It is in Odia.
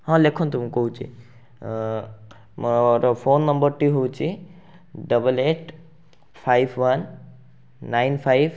ହଁ ଲେଖନ୍ତୁ ମୁଁ କହୁଛି ମୋର ଫୋନ୍ ନମ୍ବର୍ଟି ହେଉଛି double eight five one nine five